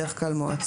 בדרך כלל מועצות,